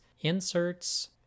inserts